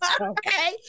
okay